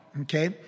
Okay